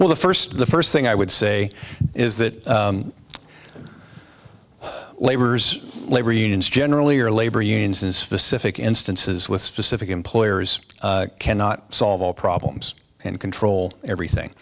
well the first the first thing i would say is that labor's labor unions generally are labor unions is pacific instances with specific employers cannot solve all problems and control everything